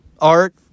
art